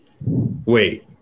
Wait